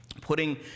putting